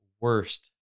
worst